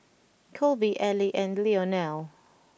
Kolby Elie and Leonel